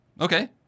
Okay